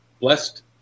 blessed